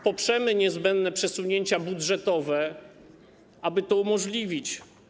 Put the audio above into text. Poprzemy niezbędne przesunięcia budżetowe, aby to umożliwić.